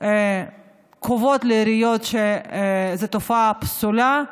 קובעים לעיריות שזו תופעה פסולה.